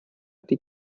die